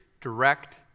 direct